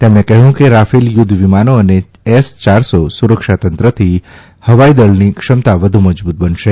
તેમણે કહ્યું કે રાફેલ યુદ્ધ વિમાનો અને એસ ચારસો સુરક્ષાતંત્રથી હવાઇદળની ક્ષમતા વધુ મજબૂત બનશે